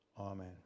amen